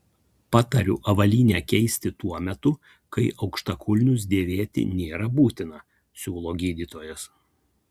patariu avalynę keisti tuo metu kai aukštakulnius dėvėti nėra būtina siūlo gydytojas